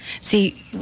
See